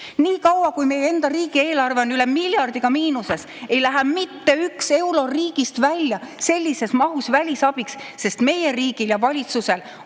Niikaua, kui meie enda riigieelarve on üle miljardiga miinuses, ei lähe mitte üks euro riigist välja sellises mahus välisabiks, sest meie riigil ja valitsusel on